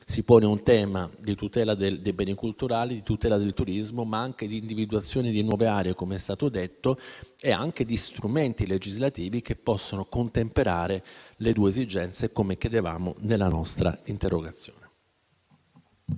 si pone un tema di tutela dei beni culturali, di tutela del turismo, ma anche di individuazione di nuove aree - come è stato detto - e anche di strumenti legislativi che possono contemperare le due esigenze, come chiedevamo nella nostra interrogazione.